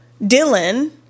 Dylan